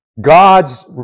God's